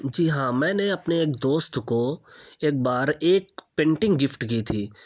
جی ہاں میں نے اپنے ایک دوست کو ایک بار ایک پینٹنگ گفٹ کی تھی